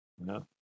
No